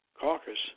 caucus